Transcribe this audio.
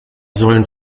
sollen